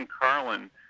Carlin